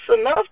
enough